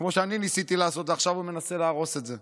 כמו שאני ניסיתי לעשות ועכשיו הוא מנסה להרוס את זה.